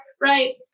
Right